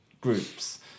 groups